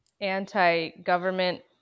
anti-government